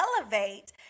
elevate